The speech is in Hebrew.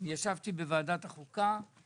ישבתי בוועדת החוקה.